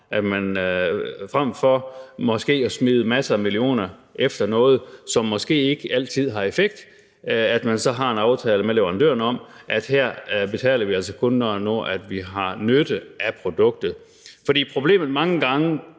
stedet for måske at smide en masse millioner kroner efter noget, som måske ikke altid har effekt, har en aftale med leverandøren om, at her betaler man altså kun, når man har nytte af produktet. Problemet med de